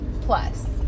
plus